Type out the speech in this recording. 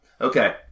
Okay